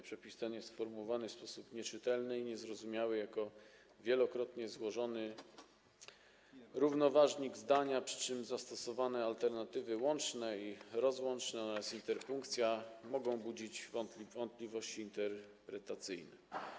Przepis ten jest sformułowany w sposób nieczytelny i niezrozumiały, jako wielokrotnie złożony równoważnik zdania, przy czym zastosowane alternatywy łączne i rozłączne oraz interpunkcja mogą budzić wątpliwości interpretacyjne.